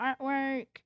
artwork